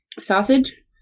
Sausage